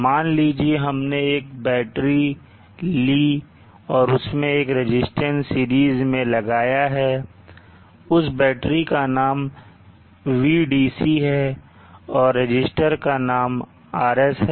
मान लीजिए हमने एक बैटरी लिए और उसमें एक रजिस्टेंस सीरीज में लगाया है उस बैटरी का नाम Vdc है और रजिस्टर का नाम RS है